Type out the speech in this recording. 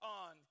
on